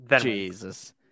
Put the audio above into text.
Jesus